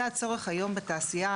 זה הצורך היום בתעשייה,